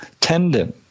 tendon